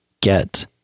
get